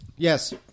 Yes